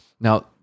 Now